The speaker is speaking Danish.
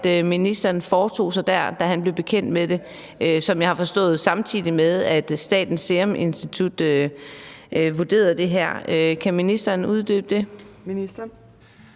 ministeren foretog sig, da han blev bekendt med det, samtidig med, sådan som jeg har forstået det, at Statens Serum Institut vurderede det her? Kan ministeren uddybe det?